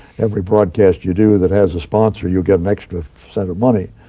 every broadcast you do that has a sponsor, you get an extra set of money.